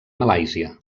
malàisia